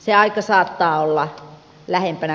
se aika saattaa olla lähempänä